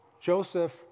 joseph